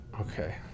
okay